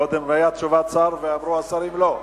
קודם היתה תשובת שר ואמרו השרים: לא.